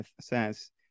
says